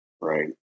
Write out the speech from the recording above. right